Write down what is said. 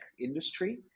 industry